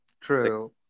True